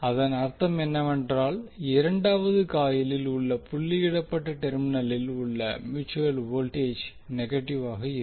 அதன் அர்த்தம் என்னவென்றால் இரண்டாவது காயிலில் உள்ள புள்ளியிடப்பட்ட டெர்மினலில் உள்ள மியூட்சுவல் வோல்டேஜ் நெகடிவாக இருக்கும்